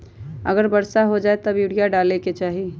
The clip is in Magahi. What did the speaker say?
अगर वर्षा हो जाए तब यूरिया डाले के चाहि?